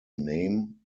name